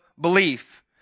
belief